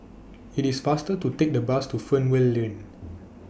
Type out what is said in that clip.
IT IS faster to Take The Bus to Fernvale Lane